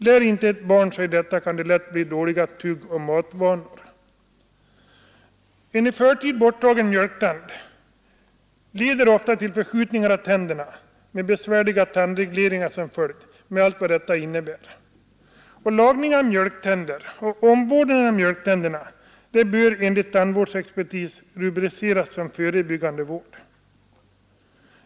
Lär inte ett barn sig detta kan det lätt få dåliga tuggoch matvanor. En i förtid borttagen mjölktand leder ofta till förskjutningar av tänderna, med besvärliga tandregleringar som följd — med allt vad detta innebär. Lagning och omvårdnad av mjölktänder bör enligt tandvårdsexpertis rubriceras som förebyggande vård.